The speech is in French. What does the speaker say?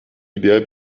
libérées